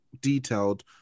detailed